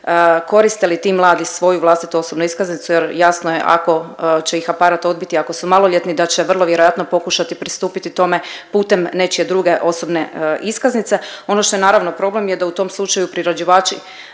koriste li ti mladi svoju vlastitu osobnu iskaznicu jer jasno je ako će ih aparat odbiti ako su maloljetni da će vrlo vjerojatno pokušati pristupiti tome putem nečije druge osobne iskaznice. Ono što je naravno problem je da u tom slučaju priređivači